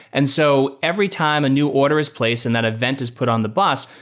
and so every time a new order is placed and that event is put on the bus,